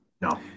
No